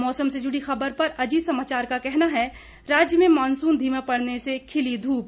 मौसम से जुड़ी खबर पर अजीत समाचार का कहना है राज्य में मॉनसून धीमा पड़ने से खिली धूप